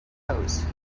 pose